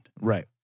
Right